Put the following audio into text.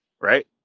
Right